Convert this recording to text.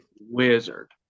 wizard